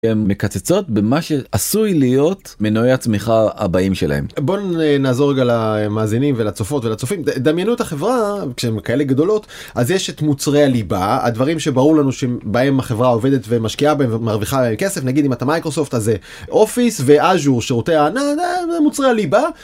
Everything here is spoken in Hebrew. הם מקצצות במה שעשוי להיות מנועי הצמיחה הבאים שלהם. בוא נעזור רגע למאזינים ולצופות ולצופים, דמיינו את החברה, כשהם כאלה גדולות, אז יש את מוצרי הליבה, הדברים שברור לנו שהם בהם החברה עובדת ומשקיעה בהם ומרוויחה כסף, נגיד אם אתה מייקרוסופט הזה אופיס ו-azure, שירותי הענן, מוצרי הליבה.